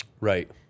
Right